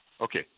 Okay